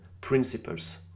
principles